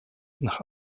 nach